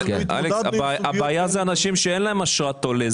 אלכס, הבעיה זה אנשים שאין להם אשרת עולה.